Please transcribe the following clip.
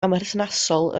amherthnasol